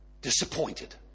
Disappointed